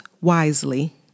wisely